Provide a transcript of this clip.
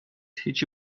هیچی